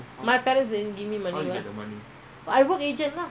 teerace வீடு:veedu